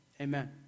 Amen